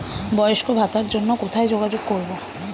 বয়স্ক ভাতার জন্য কোথায় যোগাযোগ করব?